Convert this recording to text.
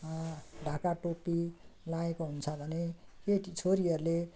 ढाका टोपी लगाएको हुन्छ भने केटी छोरीहरूले